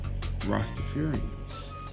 Rastafarians